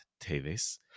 teves